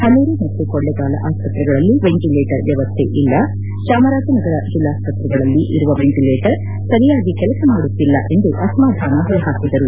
ಪನೂರು ಮತ್ತು ಕೊಳ್ಳಿಗಾಲ ಆಸ್ತ್ರೆಗಳಲ್ಲಿ ವೆಂಟಲೇಟರ್ ವ್ಯವಸ್ಥೆ ಇಲ್ಲ ಚಾಮರಾಜನಗರ ಜಿಲ್ಲಾಸ್ತ್ರೆಗಳಲ್ಲಿ ಇರುವ ವೆಂಟಲೇಟರ್ ಸರಿಯಾಗಿ ಕೆಲಸ ಮಾಡುತ್ತಿಲ್ಲ ಎಂದು ಅಸಮಧಾನ ಹೊರ ಪಾಕಿದರು